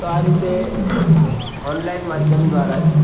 તો આ રીતે ઓનલાઈન માધ્યમ દ્વારા જ